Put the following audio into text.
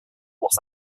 los